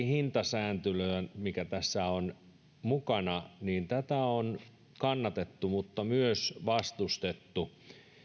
hintasääntelyä mikä tässä on mukana on kannatettu mutta myös vastustettu